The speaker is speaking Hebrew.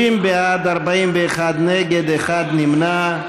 71 בעד, 41 נגד, אחד נמנע.